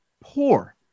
poor